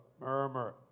murmur